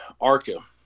ARCA